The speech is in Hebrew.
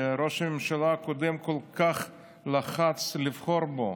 שראש הממשלה הקודם כל כך לחץ לבחור בו.